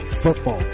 football